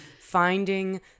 finding